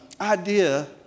idea